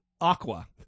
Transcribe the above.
Aqua